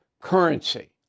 currency